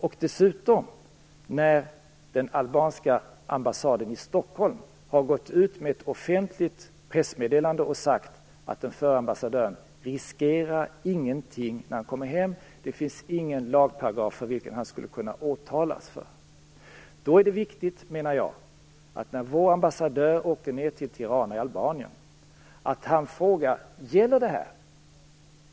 När dessutom den albanska ambassaden i Stockholm har gått ut med ett offentligt pressmeddelande och sagt att den förre ambassadören inte riskerar någonting när han kommer hem - det finns ingen lagparagraf som han skulle kunna åtalas för - så är det viktigt, menar jag, att vår ambassadör, när han åker ned till Tirana i Albanien, frågar: Gäller det här?